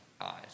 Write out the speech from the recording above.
eyes